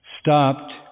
stopped